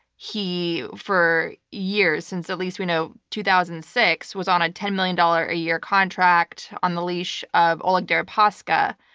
he, for years, since at least we know two thousand and six, was on a ten million dollar a year contract on the leash of oleg deripaska,